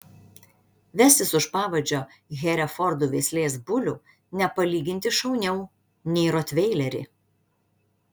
vestis už pavadžio herefordų veislės bulių nepalyginti šauniau nei rotveilerį